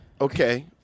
Okay